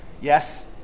Yes